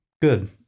Good